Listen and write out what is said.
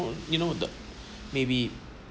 you know the maybe